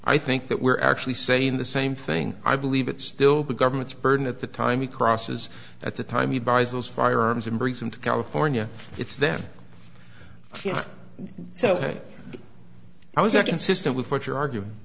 i think that we're actually saying the same thing i believe it's still the government's burden at the time he crosses at the time he buys those firearms and brings them to california it's them so i was a consistent with what you're arguing